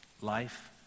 life